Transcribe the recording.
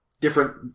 different